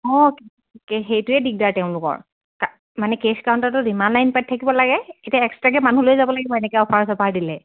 অঁ সেইটোৱে দিগদাৰ তেওঁলোকৰ মানে কেছ কাউণ্টাৰটো ইমান লাইন পাতি থাকিব লাগে এতিয়া এক্সট্ৰাকে মানুহ লৈ যাব লাগিব এনেকে অ'ফাৰ চফাৰ দিলে